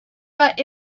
got